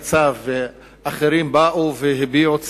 קצב ואחרים באו והביעו צער,